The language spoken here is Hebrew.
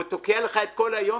והוא תוקע לך את כל היום,